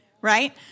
right